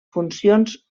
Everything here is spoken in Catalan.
funcions